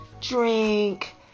drink